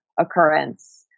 occurrence